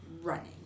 running